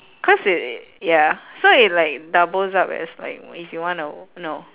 cause it ya so it like doubles up as like if you wanna no